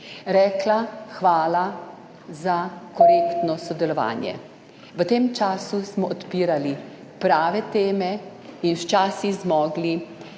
rekla hvala za korektno sodelovanje. V tem času smo odpirali prave teme in včasih zmogli